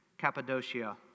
Cappadocia